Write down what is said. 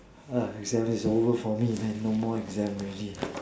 it's just it's over for me man no more exam already